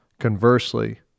Conversely